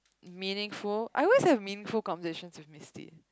meaningful I always have meaningful conversations with Misty